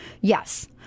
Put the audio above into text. Yes